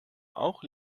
auch